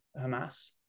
Hamas